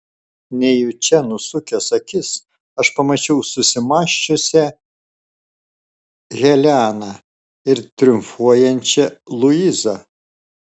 nejučia nusukęs akis aš pamačiau susimąsčiusią heleną ir triumfuojančią luizą